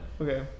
Okay